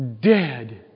dead